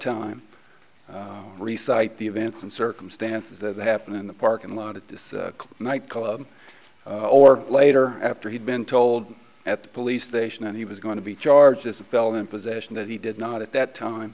time re cite the events and circumstances that happened in the parking lot at this nightclub or later after he'd been told at the police station and he was going to be charged as a felon in possession that he did not at that time